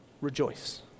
rejoice